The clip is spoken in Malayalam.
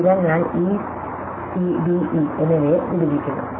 അതിനാൽ ഞാൻ ഈ സി ഡി ഇ എന്നിവയെ വിഭജിക്കുന്നു